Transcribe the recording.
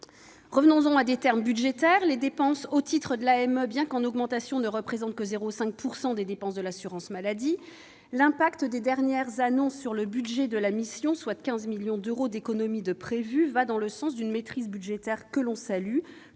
Revenons-en à des termes budgétaires. Les dépenses au titre de l'AME, bien qu'en augmentation, ne représentent que 0,5 % des dépenses de l'assurance maladie. L'impact des dernières annonces sur le budget de la mission- soit 15 millions d'euros d'économies prévues -va dans le sens d'une maîtrise budgétaire, que nous saluons.